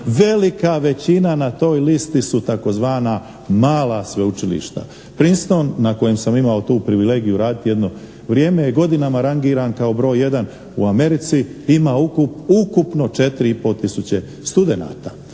Velika većina na toj listi su tzv. mala sveučilišta. Princeton na kojem sam imao tu privilegiju raditi jedno vrijeme je godinama rangiran kao broj 1 u Americi, ima ukupno četiri